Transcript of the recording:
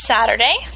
Saturday